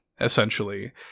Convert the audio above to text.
essentially